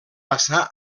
passà